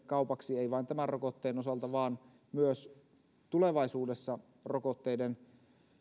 kaupaksi maailmalle ei vain tämän rokotteen osalta vaan myös tulevaisuudessa rokotteiden